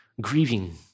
grieving